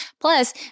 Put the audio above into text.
Plus